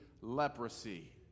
leprosy